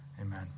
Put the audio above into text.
Amen